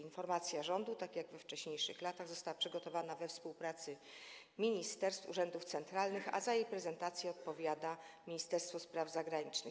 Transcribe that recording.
Informacja rządu, tak jak we wcześniejszych latach, została przygotowana we współpracy ministerstw i urzędów centralnych, a za jej prezentację odpowiada Ministerstwo Spraw Zagranicznych.